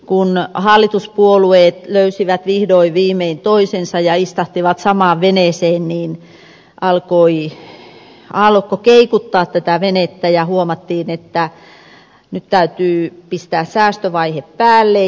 kun hallituspuolueet löysivät vihdoin viimein toisensa ja istahtivat samaan veneeseen niin alkoi aallokko keikuttaa tätä venettä ja huomattiin että nyt täytyy pistää säästövaihe päälle